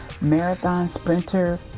marathon-sprinter